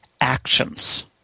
actions